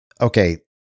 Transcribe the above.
okay